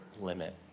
limit